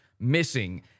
Missing